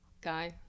guy